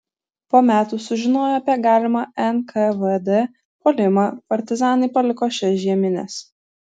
po metų sužinoję apie galimą nkvd puolimą partizanai paliko šias žiemines